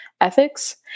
ethics